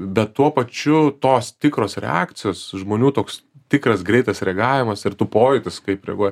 bet tuo pačiu tos tikros reakcijos žmonių toks tikras greitas reagavimas ir tu pojūtis kaip reaguoja